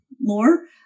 more